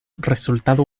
resultado